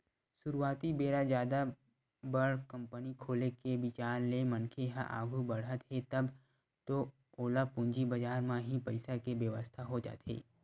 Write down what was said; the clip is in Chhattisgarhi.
सुरुवाती बेरा जादा बड़ कंपनी खोले के बिचार ले मनखे ह आघू बड़हत हे तब तो ओला पूंजी बजार म ही पइसा के बेवस्था हो जाथे